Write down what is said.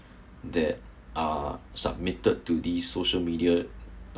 that are submitted to this social media